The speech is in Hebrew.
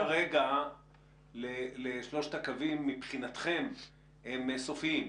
האם התוואי כרגע לשלושת הקווים מבחינתכם הם סופיים?